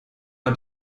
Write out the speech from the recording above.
hat